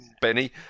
Benny